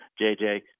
JJ